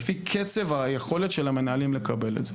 לפי קצב היכולת של המנהלים לקבל את זה.